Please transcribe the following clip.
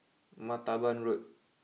Martaban Road